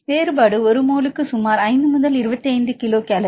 வேறுபாடு ஒரு மோலுக்கு சுமார் 5 முதல் 25 கிலோ கலோரி